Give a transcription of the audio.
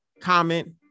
comment